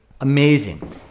amazing